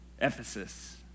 Ephesus